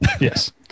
Yes